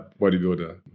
bodybuilder